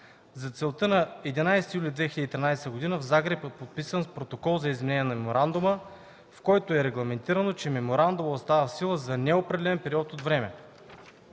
За целта на 11 юли 2013 г. в Загреб е подписан Протокол за изменение на Меморандума, в който е регламентирано, че Меморандумът остава в сила за неопределен период от време.